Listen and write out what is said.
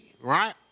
right